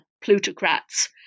plutocrats